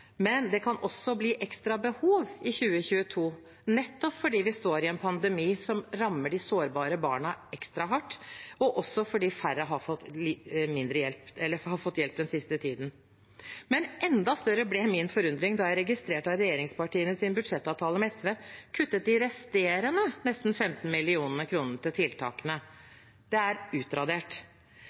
men det kan også bli ekstra behov i 2022 nettopp fordi vi står i en pandemi som rammer de sårbare barna ekstra hardt, og også fordi færre har fått hjelp den siste tiden. Enda større ble min forundring da jeg registrerte at regjeringspartiene i sin budsjettavtale med SV kuttet de resterende nesten 15 mill. kr til tiltakene. Det er utradert.